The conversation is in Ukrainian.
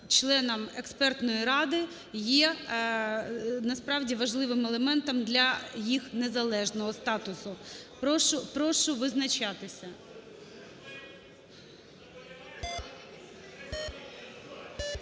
членам експертної ради є, насправді, важливим елементом для їх незалежного статусу. Прошу визначатися.